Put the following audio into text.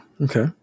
okay